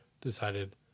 decided